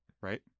right